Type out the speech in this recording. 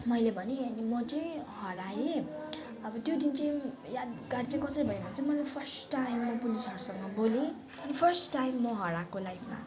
मैले भनेँ अनि म चाहिँ हराएँ अब त्यो दिन चाहिँ यादगार चाहिँ कसरी भयो भने चाहिँ म फर्स्ट टाइम पुलिसहरूसँग बोलेँ अनि फर्स्ट टाइम म हराएको लाइफमा